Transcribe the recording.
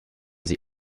sie